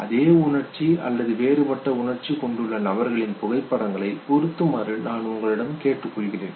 அதே உணர்ச்சி அல்லது வேறுபட்ட உணர்ச்சியைக் கொண்டுள்ள நபர்களின் புகைப்படங்களை பொருத்துமாறு நான் உங்களிடம் கேட்டுக்கொள்கிறேன்